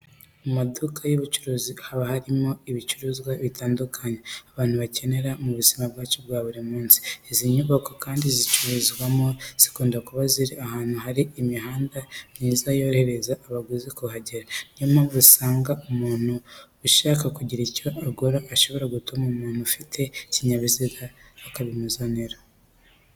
Mu maduka y'ubucuruzi haba harimo ibicuruzwa bitandukanye abantu dukenera mu buzima bwacu bwa buri munsi. Izi nyubako kandi zicururizwamo, zikunda kuba ziri ahantu hari imihanda myiza yorohereza abaguzi kuhagera. Niyo mpamvu usanga iyo umuntu ashaka kugira ibyo agura ashobora gutuma umuntu ufite ikinyabiziga akabimuzanira.